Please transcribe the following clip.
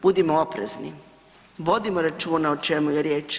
Budimo oprezni, vodimo računa o čemu je riječ.